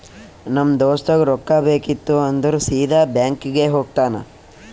ನಮ್ ದೋಸ್ತಗ್ ರೊಕ್ಕಾ ಬೇಕಿತ್ತು ಅಂದುರ್ ಸೀದಾ ಬ್ಯಾಂಕ್ಗೆ ಹೋಗ್ತಾನ